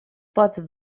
pots